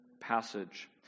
passage